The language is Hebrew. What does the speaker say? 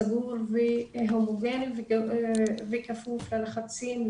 סגור והומוגני וכפוף ללחצים,